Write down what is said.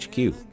HQ